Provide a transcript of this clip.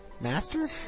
Master